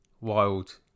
wild